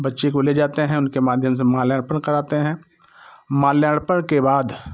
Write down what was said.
बच्चे को ले जाते हैं उनके माध्यम से माल्यार्पण कराते हैं माल्यार्पण के बाद